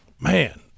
man